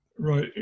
Right